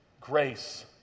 grace